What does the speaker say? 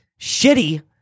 Shitty